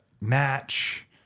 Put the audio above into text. match